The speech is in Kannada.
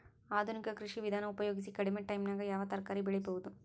ಆಧುನಿಕ ಕೃಷಿ ವಿಧಾನ ಉಪಯೋಗಿಸಿ ಕಡಿಮ ಟೈಮನಾಗ ಯಾವ ತರಕಾರಿ ಬೆಳಿಬಹುದು?